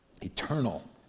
eternal